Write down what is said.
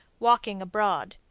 walking abroad.